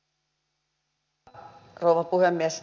arvoisa rouva puhemies